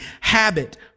habit